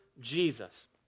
Jesus